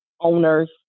owners